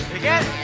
again